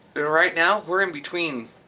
and right now we're in between